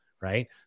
Right